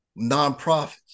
Nonprofits